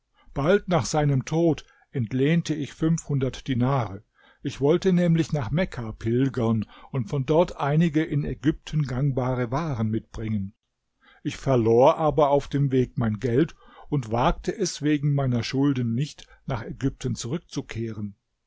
bald nach seinem tod entlehnte ich fünfhundert dinare ich wollte nämlich nach mekka pilgern und von dort einige in ägypten gangbare waren mitbringen ich verlor aber auf dem weg mein geld und wagte es wegen meiner schulden nicht nach ägypten zurückzukehren